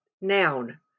noun